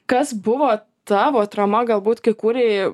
kas buvo tavo atrama galbūt kai kūrei